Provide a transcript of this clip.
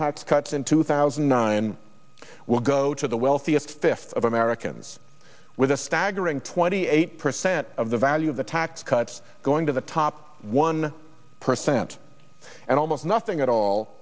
tax cuts in two thousand and nine will go to the wealthiest fifth of americans with a staggering twenty eight percent of the value of the tax cuts going to the top one percent and almost nothing at all